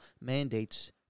mandates